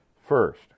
First